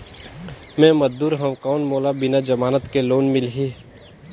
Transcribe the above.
मे मजदूर हवं कौन मोला बिना जमानत के लोन मिलही?